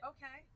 Okay